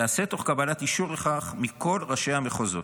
ייעשו תוך קבלת אישור לכך מכל ראשי המחוזות.